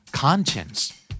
Conscience